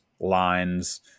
lines